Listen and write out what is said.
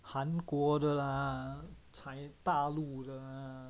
韩国的 lah chi~ 大陆的 lah